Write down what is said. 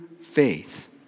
faith